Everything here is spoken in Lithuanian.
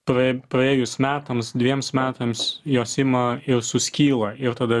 pra praėjus metams dviems metams jos ima ir suskyla ir tada